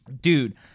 dude